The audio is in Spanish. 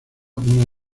una